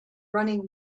running